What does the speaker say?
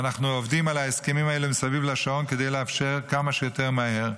ואנחנו עובדים על ההסכמים האלה מסביב לשעון כדי לאפשר כמה שיותר מהר.